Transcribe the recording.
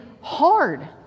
hard